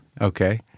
Okay